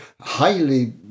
highly